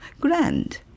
grand